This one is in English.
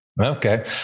Okay